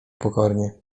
pokornie